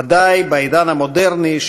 ודאי בעידן המודרני,